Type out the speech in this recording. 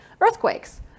earthquakes